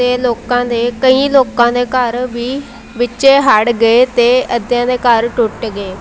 ਅਤੇ ਲੋਕਾਂ ਦੇ ਕਈ ਲੋਕਾਂ ਦੇ ਘਰ ਵੀ ਵਿੱਚੇ ਹੜ੍ਹ ਗਏ ਅਤੇ ਅੱਧਿਆਂ ਦੇ ਘਰ ਟੁੱਟ ਗਏ